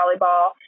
volleyball